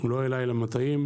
לא אליי למטעים,